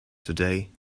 today